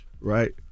right